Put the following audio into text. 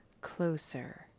closer